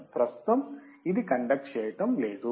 ప్రస్తుతం ఇది కండక్ట్ చేయటం లేదు